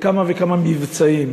בכמה וכמה מבצעים,